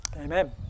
amen